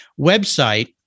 website